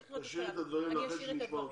נמשיך בדברים אחרי שנשמע אותו.